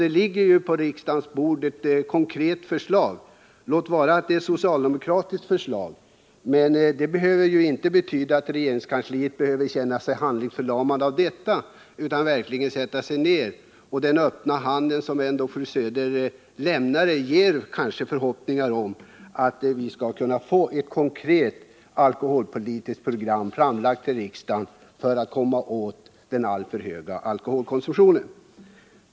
Det finns också på riksdagens bord ett konkret förslag, även om det är socialdemokratiskt. Det behöver ju inte betyda att regeringskansliet måste känna sig handlingsförlamat av detta, utan att man verkligen kan sätta sig ner och ta itu med frågan. Och den öppna hand som fru Söder ändå sträcker ut ger kanske en förhoppning om att vi skall kunna få ett konkret alkoholpolitiskt program framlagt i riksdagen för att komma åt den alltför höga alkoholkorsumtionen.